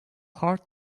heart